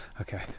Okay